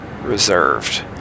reserved